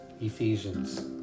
Ephesians